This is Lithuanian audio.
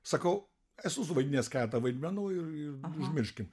sakau esu suvaidinęs keletą vaidmenų ir ir užmirškim